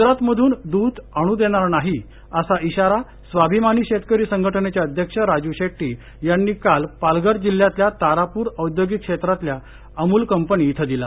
गुजरात मधून दूध आणू देणार नाही असा इशारा स्वाभिमानी शेतकरी संघटनेचे अध्यक्ष राजू शेट्टी यांनी काल पालघर जिल्ह्यातल्या तारापूर औद्योगिक क्षेत्रातल्या अमूल कंपनी इथं दिला